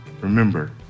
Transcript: remember